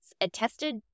attested